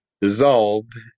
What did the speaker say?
dissolved